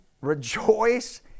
Rejoice